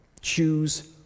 Choose